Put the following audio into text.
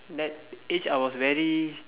that age I was very